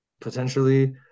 potentially